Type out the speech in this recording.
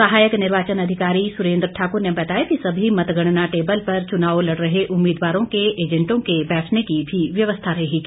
सहायक निर्वाचन अधिकारी सुरेंद्र ठाकुर ने बताया कि सभी मतगणना टेबल पर चुनाव लड़ रहे उम्मीदवारों के एंजेटों के बैठने की भी व्यवस्था रहेगी